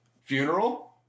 funeral